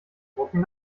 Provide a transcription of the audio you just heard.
drucken